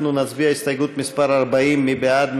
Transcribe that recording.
אנחנו נצביע על הסתייגות מס' 40. מי בעד?